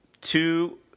Two